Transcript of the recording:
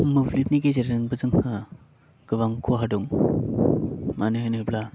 मोब्लिबनि गेजेरजोंबो जोंहा गोबां खहा दं मानो होनोब्ला